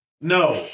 No